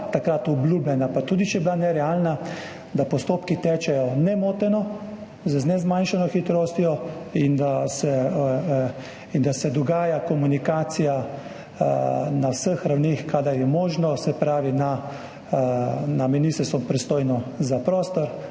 takrat obljubljena, pa tudi če je bila nerealna, postopki tečejo nemoteno, z nezmanjšano hitrostjo in se dogaja komunikacija na vseh ravneh, kadar je možno, se pravi na ministrstvu, pristojnem za prostor,